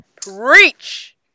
Preach